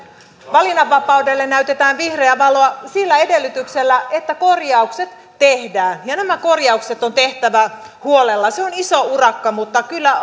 valinnanvapaudelle näytetään vihreää valoa sillä edellytyksellä että korjaukset tehdään ja nämä korjaukset on tehtävä huolella se on iso urakka mutta kyllä